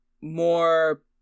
more